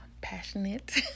passionate